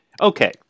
Okay